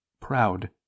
proud